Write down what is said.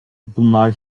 bunlar